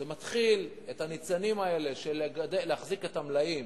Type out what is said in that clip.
זה מתחיל את הניצנים האלה, של להחזיק את המלאים,